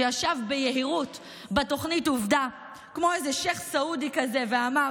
שישב ביהירות בתוכנית עובדה כמו איזה שייח' סעודי כזה ואמר,